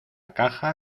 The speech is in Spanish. caja